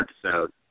episode